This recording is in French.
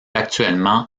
actuellement